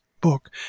book